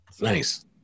Nice